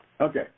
Okay